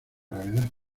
gravedad